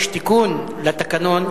יש תיקון לתקנון,